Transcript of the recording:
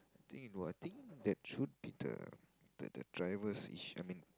I think no I think that should be the the the driver's issue I mean